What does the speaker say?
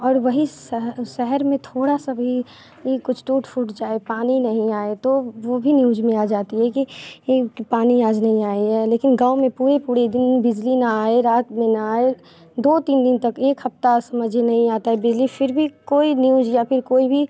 और वहीं शहर में थोड़ा सा भी कुछ टूट जाए पानी नहीं आए तो वो भी न्यूज़ में आ जाती है कि कि पानी आज नहीं आई है लेकिन गाँव में पूरे पूरे दिन बिजली ना आए रात में ना आए दो तीन दिन तक एक हफ़्ता समझिए नहीं आता है बिजली फ़िर भी कोई न्यूज़ या फिर कोई भी